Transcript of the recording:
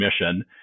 mission